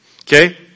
Okay